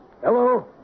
Hello